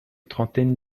trentaine